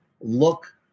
look